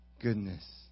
goodness